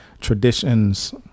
traditions